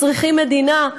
צריכים מדינה,